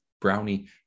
Brownie